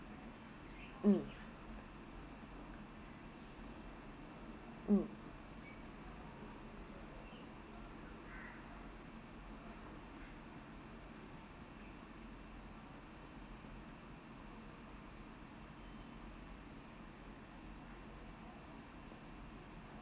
mm